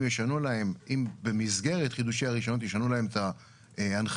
אם במסגרת חידושי הרישיון תשנו להם את ההנחיות,